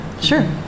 sure